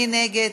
מי נגד?